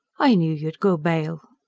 i knew you'd go bail.